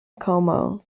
como